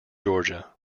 georgia